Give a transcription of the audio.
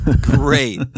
Great